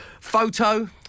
Photo